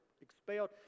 expelled